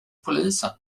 polisen